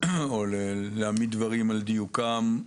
להעמיד דברים על דיוקם.